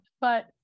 But-